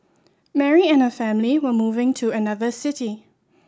Mary and her family were moving to another city